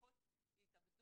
פחות יתאבדו,